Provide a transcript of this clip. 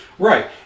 Right